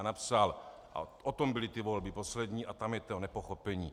Napsal, a o tom byly ty volby poslední a tam je to nepochopení: